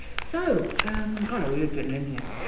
so umm. kinda weird getting in here.